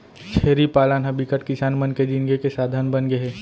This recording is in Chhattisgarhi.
छेरी पालन ह बिकट किसान मन के जिनगी के साधन बनगे हे